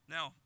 Now